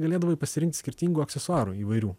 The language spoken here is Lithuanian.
galėdavai pasirinkt skirtingų aksesuarų įvairių